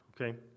okay